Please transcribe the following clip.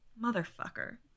motherfucker